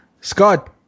Scott